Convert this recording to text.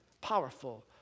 powerful